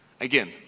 Again